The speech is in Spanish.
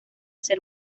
ser